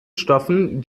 stoffen